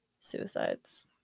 suicides